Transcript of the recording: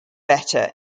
better